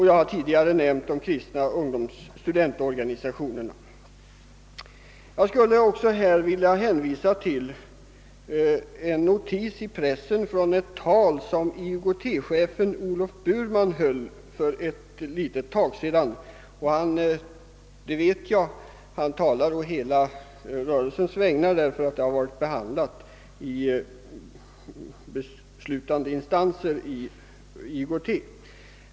Jag skulle här också vilja hänvisa till en notis i pressen om ett tal som IOGT chefen Olof Burman höll för en kort tid sedan. Jag vet att han talade å hela rörelsens vägnar därför att det har varit behandlat i beslutande instanser inom IOGT.